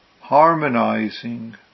harmonizing